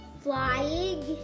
flying